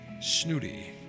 snooty